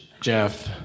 Jeff